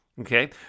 Okay